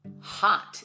hot